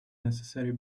necessary